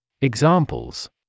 Examples